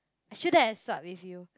I shouldn't have swap with you